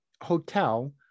hotel